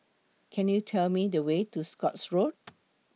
Could YOU Tell Me The Way to Scotts Road